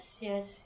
yes